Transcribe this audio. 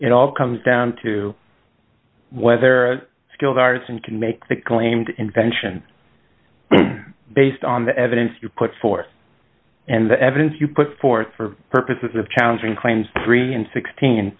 it all comes down to whether skilled artisan can make that claim invention based on the evidence you put forth and the evidence you put forth for purposes of challenging claims three and sixteen